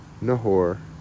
Nahor